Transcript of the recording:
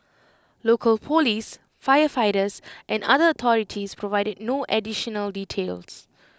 local Police firefighters and other authorities provided no additional details